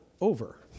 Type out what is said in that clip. over